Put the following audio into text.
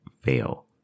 fail